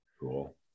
Cool